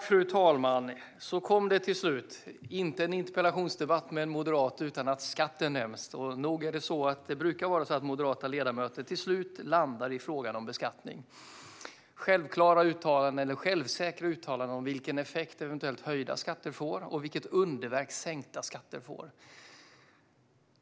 Fru talman! Så kom det till slut. Inte en interpellationsdebatt med en moderat utan att skatten nämns! Nog är det så att moderata ledamöter till slut brukar landa i frågan om beskattning. Det görs självsäkra uttalanden om vilken effekt eventuellt höjda skatter får och vilket underverk sänkta skatter gör.